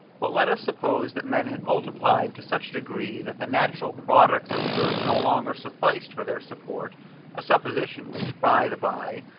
but let us suppose that men had multiplied to such a degree, that the natural products of the earth no longer sufficed for their support a supposition which, by the bye,